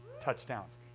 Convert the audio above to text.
touchdowns